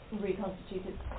reconstituted